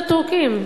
התנצלות לטורקים,